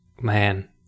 man